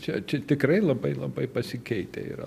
čia čia tikrai labai labai pasikeitę yra